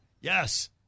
yes